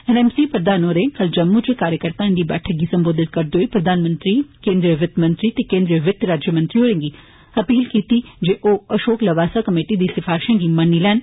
NMC प्रधान होरें कल जम्मू इच काार्यकर्ताएं दी बेठक गी संबोधित करदे होई प्रधानमंत्री केंद्रीय वित्त मंत्री ते केंद्रीय वित्त राज्यमंत्री होरें गी अपील कीती ऐ जे ओ अषोक लवासा कमेटी दी सिफारियें गी मन्नी लैन